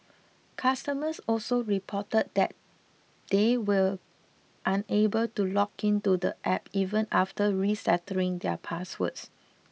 customers also reported that they were unable to log in to the App even after resetting their passwords